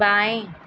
बाएँ